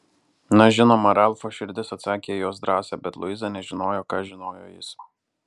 na žinoma ralfo širdis atsakė į jos drąsą bet luiza nežinojo ką žinojo jis